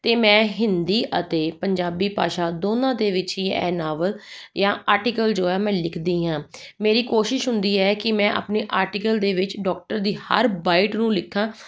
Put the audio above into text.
ਅਤੇ ਮੈਂ ਹਿੰਦੀ ਅਤੇ ਪੰਜਾਬੀ ਭਾਸ਼ਾ ਦੋਨਾਂ ਦੇ ਵਿੱਚ ਹੀ ਹੈ ਨਾਵਲ ਜਾਂ ਆਰਟੀਕਲ ਜੋ ਹੈ ਮੈਂ ਲਿਖਦੀ ਹਾਂ ਮੇਰੀ ਕੋਸ਼ਿਸ਼ ਹੁੰਦੀ ਹੈ ਕਿ ਮੈਂ ਆਪਣੇ ਆਰਟੀਕਲ ਦੇ ਵਿੱਚ ਡਾਕਟਰ ਦੀ ਹਰ ਬਾਈਟ ਨੂੰ ਲਿਖਾਂ